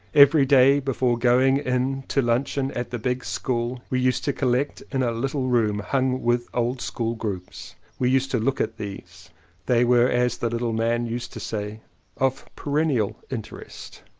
every day before going in to luncheon at the big school we used to collect in a little room hung with old school groups. we used to look at these they were as the little man used to say of perennial interest.